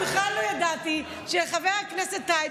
בכלל לא ידעתי שלחבר הכנסת טייב,